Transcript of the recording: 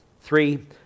three